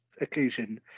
occasion